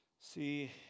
see